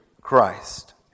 Christ